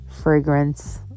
fragrance